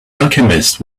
alchemist